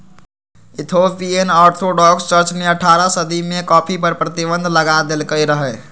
Ethiopian orthodox church ने अठारह सदी में कॉफ़ी पर प्रतिबन्ध लगा देलकइ रहै